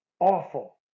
Awful